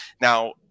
Now